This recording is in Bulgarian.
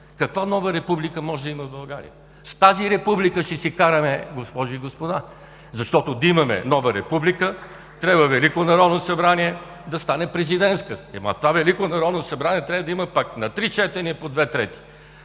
Каква нова република може да има в България? С тази република ще си караме, госпожи и господа, защото за да имаме нова република, трябва Велико народно събрание – да стане президентска. Това Велико народно събрание трябва да има на три четения по две трети!